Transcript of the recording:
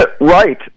Right